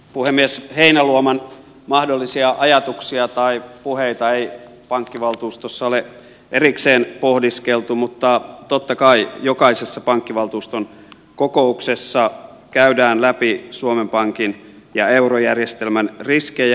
puhemies heinäluoman mahdollisia ajatuksia tai puheita ei pankkivaltuustossa ole erikseen pohdiskeltu mutta totta kai jokaisessa pankkivaltuuston kokouksessa käydään läpi suomen pankin ja eurojärjestelmän riskejä